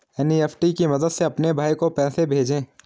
NEFT की मदद से अपने भाई को पैसे भेजें